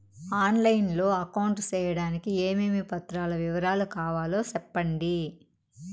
On line లో account సేయడానికి ఏమేమి పత్రాల వివరాలు కావాలో సెప్పండి?